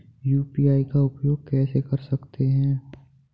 UPI का उपयोग कैसे कर सकते हैं?